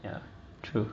ya true